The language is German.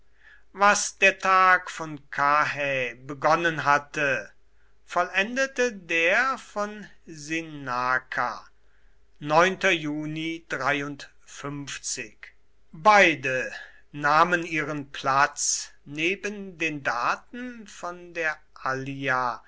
was der tag von karrhä begonnen hatte vollendete der von sinnaka beide nahmen ihren platz neben den daten von der allia